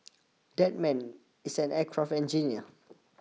that man is an aircraft engineer